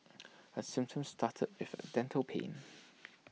her symptoms started with A dental pain